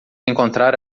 encontrar